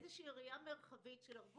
צריכה להיות איזו ראייה מרחבית של ערבות